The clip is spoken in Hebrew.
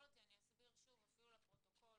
אסביר שוב לפרוטוקול: